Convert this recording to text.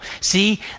See